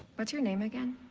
what's your name again?